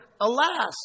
alas